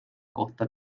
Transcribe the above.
kohta